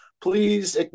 Please